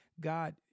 God